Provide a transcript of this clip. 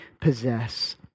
possess